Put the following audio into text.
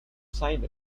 sign